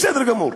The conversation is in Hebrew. בסדר גמור.